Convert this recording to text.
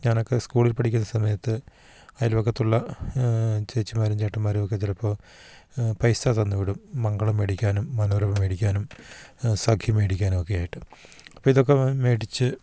ഞാനൊക്കെ സ്കൂളിൽ പഠിക്കുന്ന സമയത്ത് അയൽപ്പക്കത്തുള്ള ചേച്ചിമാരും ചേട്ടന്മാരും ഒക്കെ ചിലപ്പോൾ പൈസ തന്ന് വിടും മംഗളം വേടിക്കാനും മനോരമ വേടിക്കാനും സഖി മേടിക്കാനും ഒക്കെ ആയിട്ട് അപ്പം ഇതൊക്കെ വേടിച്ച്